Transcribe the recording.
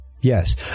yes